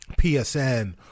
PSN